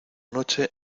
noche